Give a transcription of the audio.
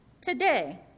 today